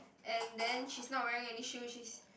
and then she's not wearing any shoes she's